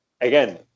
Again